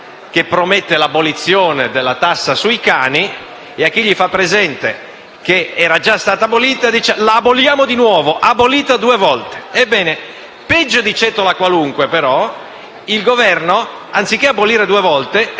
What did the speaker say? che promette l'abolizione della tassa sui cani e a chi gli fa presente che è già stata abolita risponde che l'abolirà di nuovo: abolita due volte! Ecco, peggio di Cetto La Qualunque, anziché abolire due volte,